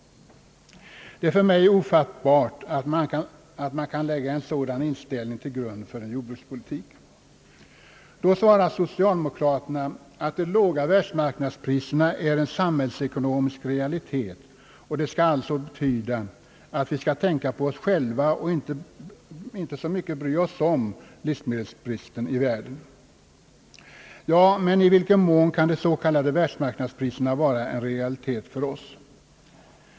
Det är för mig ofattbart att man kan lägga en sådan inställning till grund för en jordbrukspolitik. Då svarar socialdemokraterna att de låga världsmarknadspriserna är en samhällsekonomisk realitet, och det skall alltså betyda att vi skall tänka på oss själva och inte så mycket bry oss om livsmedelsbristen i världen. Ja, men i vilken mån kan de s.k. världsmarkrnadspriserna vara en realitet för oss?